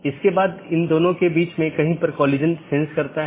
तो 16 बिट के साथ कई ऑटोनॉमस हो सकते हैं